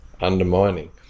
undermining